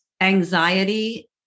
anxiety